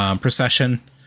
procession